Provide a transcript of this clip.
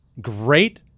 great